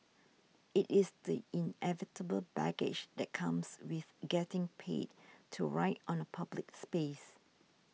it is the inevitable baggage that comes with getting paid to write on a public space